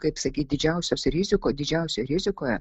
kaip sakyt didžiausios rizikos didžiausioj rizikoje